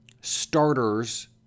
starters